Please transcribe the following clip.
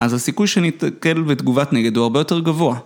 אז הסיכוי שניתקל בתגובת נגד הוא הרבה יותר גבוה